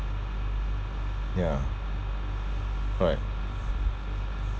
ya correct